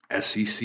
SEC